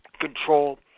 Control